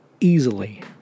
easily